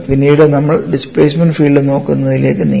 പിന്നീട് നമ്മൾ displacement field നോക്കുന്നതിലേക്ക് നീങ്ങി